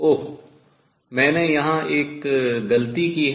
ओह मैंने यहाँ एक गलती की है